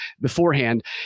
beforehand